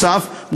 נוסף על כך,